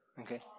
okay